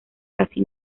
casi